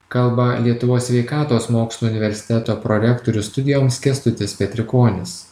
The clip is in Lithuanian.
kalba lietuvos sveikatos mokslų universiteto prorektorius studijoms kęstutis petrikonis